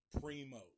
primo